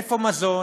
איפה מזון?